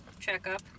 checkup